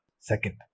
Second